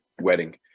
wedding